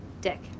Dick